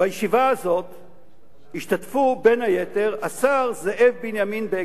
בישיבה הזאת השתתף בין היתר השר זאב בנימין בגין.